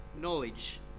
knowledge